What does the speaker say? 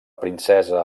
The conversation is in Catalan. princesa